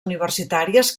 universitàries